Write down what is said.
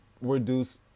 reduce